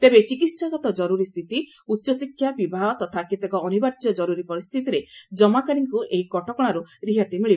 ତେବେ ଚିକିହାଗତ ଜରୁରି ସ୍ଥିତି ଉଚ୍ଚଶିକ୍ଷା ବିବାହ ତଥା କେତେକ ଅନିବାର୍ଯ୍ୟ କରୁରି ପରିସ୍ଥିତିରେ କମାକାରୀଙ୍କୁ ଏହି କଟକଣାରୁ ରିହାତି ମିଳି